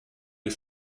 les